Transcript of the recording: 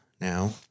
now